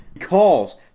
calls